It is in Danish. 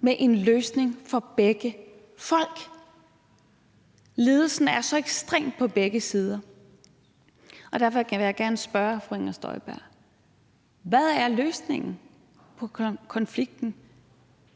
med en løsning for begge folk. Lidelsen er så ekstrem på begge sider. Derfor vil jeg gerne spørge fru Inger Støjberg: Hvad er løsningen på